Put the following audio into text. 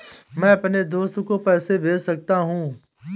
मैं अपने दोस्त को पैसे कैसे भेज सकता हूँ?